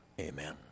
amen